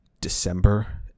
december